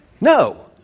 No